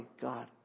God